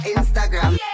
Instagram